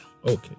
Okay